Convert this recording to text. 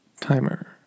Timer